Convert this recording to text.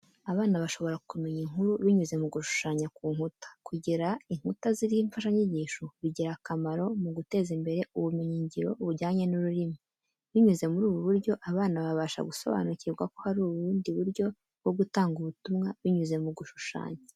Abana bashobora kumenya inkuru binyuze mu gushushanya ku nkuta. Kugira inkuta ziriho imfashanyigisho bigira akamaro mu guteza imbere ubumenyingiro bujyanye n'ururimi, binyuze muri ubu buryo abana babasha gusobanukirwa ko hari ubundi buryo bwo gutanga ubutumwa binyuze mu gushushanya.